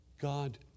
God